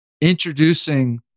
introducing